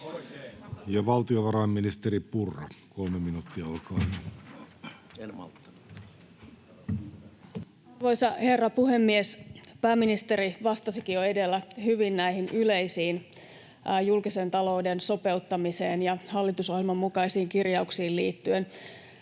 turvaamisesta Time: 16:35 Content: Arvoisa herra puhemies! Pääministeri vastasikin jo edellä hyvin näihin yleisiin julkisen talouden sopeuttamiseen ja hallitusohjelman mukaisiin kirjauksiin liittyen.